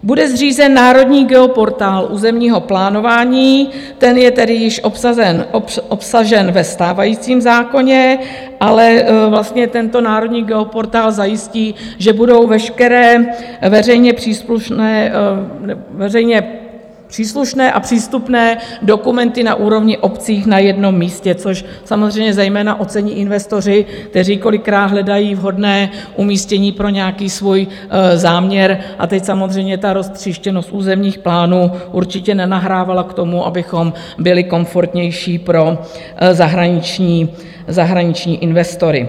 Bude zřízen Národní geoportál územního plánování, ten je tedy již obsažen ve stávajícím zákoně, ale vlastně tento Národní geoportál zajistí, že budou veškeré veřejně příslušné a přístupné dokumenty na úrovni obcí na jednom místě, což samozřejmě zejména ocení investoři, kteří kolikrát hledají vhodné umístění pro nějaký svůj záměr a teď samozřejmě roztříštěnost územních plánů určitě nenahrávala k tomu, abychom byli komfortnější pro zahraniční investory.